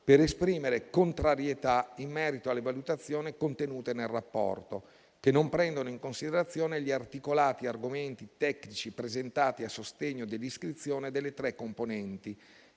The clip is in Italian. per esprimere contrarietà in merito alle valutazioni contenute nel rapporto, che non prendono in considerazione gli articolati argomenti tecnici presentati a sostegno dell'iscrizione delle tre componenti,